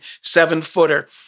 seven-footer